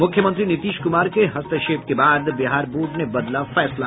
मुख्यमंत्री नीतीश कुमार के हस्तक्षेप के बाद बिहार बोर्ड ने बदला फैसला